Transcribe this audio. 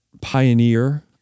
pioneer